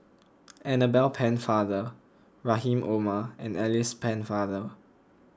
Annabel Pennefather Rahim Omar and Alice Pennefather